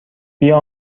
بیا